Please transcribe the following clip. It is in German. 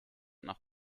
nach